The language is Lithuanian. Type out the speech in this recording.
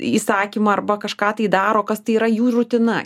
įsakymą arba kažką tai daro kas tai yra jų rutina